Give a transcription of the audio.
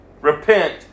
repent